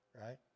Right